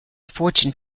fortune